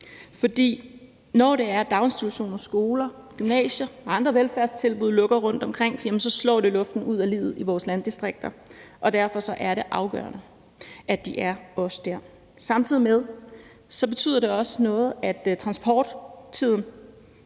for når det er, at daginstitutioner, skoler, gymnasier og andre velfærdstilbud lukker rundtomkring, slår det luften ud af livet i vores landdistrikter, og derfor er det afgørende, at de også er der. Samtidig betyder det også noget, at transporttiden